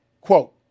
Quote